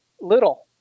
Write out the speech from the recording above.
little